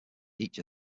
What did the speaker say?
each